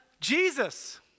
Jesus